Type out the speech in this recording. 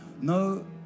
no